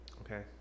Okay